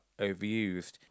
overused